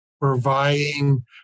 providing